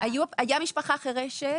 הייתה משפחה חירשת,